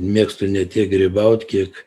mėgstu ne tiek grybaut kiek